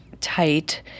tight